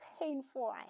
painful